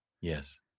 Yes